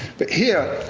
but here,